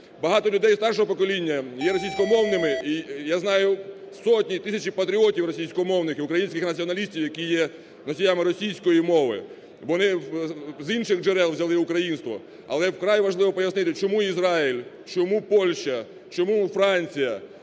Багато людей старшого покоління є російськомовними, і я знаю сотні і тисячі патріотів російськомовних і українських націоналістів, які є носіями російської мови, вони з інших джерел взяли українство. Але вкрай важливо пояснити, чому Ізраїль, чому Польща, чому Франція,